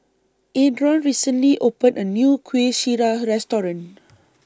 Adron recently opened A New Kueh Syara Restaurant